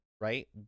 right